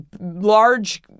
large